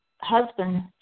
husband